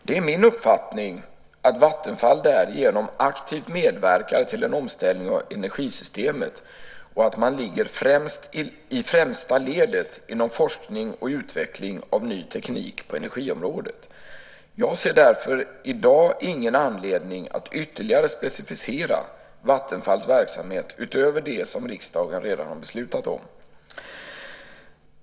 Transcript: Det är min uppfattning att Vattenfall därigenom aktivt medverkar till en omställning av energisystemet och att man ligger i främsta ledet inom forskning och utveckling av ny teknik på energiområdet. Jag ser därför i dag ingen anledning att ytterligare specificera Vattenfalls verksamhet utöver det som riksdagen redan har beslutat om.